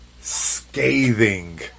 scathing